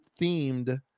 themed